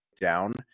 down